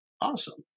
awesome